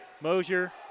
Mosier